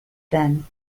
then